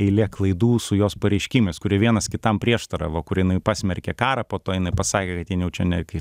eilė klaidų su jos pareiškimais kurie vienas kitam prieštaravo kur jinai pasmerkė karą po to jinai pasakė kad jin jau čia ne kai